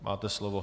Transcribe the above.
Máte slovo.